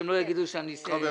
שהם לא יגידו שאני --- בקצרה,